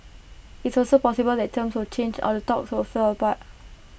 it's also possible that terms will change or the talks will fall apart